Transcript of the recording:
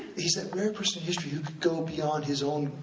he's that rare person in history who could go beyond his own,